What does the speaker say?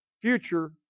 future